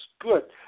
good